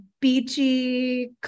beachy